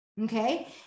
okay